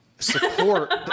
support